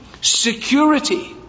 security